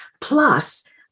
Plus